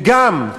וגם,